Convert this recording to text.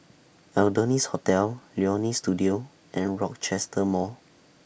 Adonis Hotel Leonie Studio and Rochester Mall